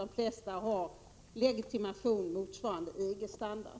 De flesta har legitimation motsvarande EG-standard.